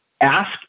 ask